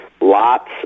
Lots